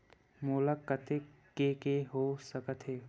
मोला कतेक के के हो सकत हे?